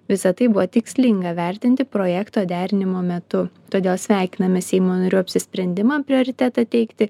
visa tai buvo tikslinga vertinti projekto derinimo metu todėl sveikiname seimo narių apsisprendimą prioritetą teikti